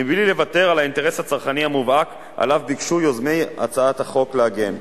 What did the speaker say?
בלי לוותר על האינטרס הצרכני המובהק שעליו ביקשו יוזמי הצעת חוק להגן.